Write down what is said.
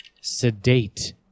sedate